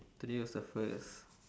today was the first